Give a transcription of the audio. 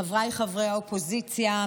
חבריי חברי האופוזיציה,